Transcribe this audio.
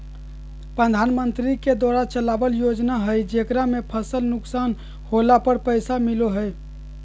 प्रधानमंत्री के द्वारा चलावल योजना हइ जेकरा में फसल नुकसान होला पर पैसा मिलो हइ